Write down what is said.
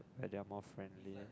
and they are more friendly